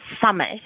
summit